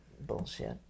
bullshit